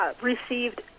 received